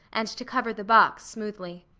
and to cover the box smoothly.